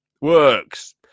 works